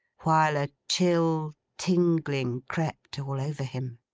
while a chill tingling crept all over him.